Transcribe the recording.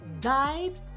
died